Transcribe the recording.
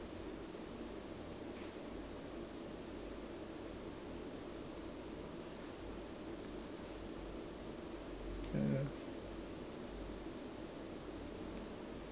mm